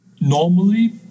normally